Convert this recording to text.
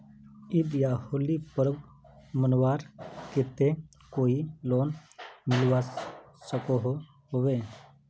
ईद या होली पर्व मनवार केते कोई लोन मिलवा सकोहो होबे?